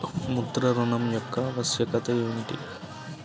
ముద్ర ఋణం యొక్క ఆవశ్యకత ఏమిటీ?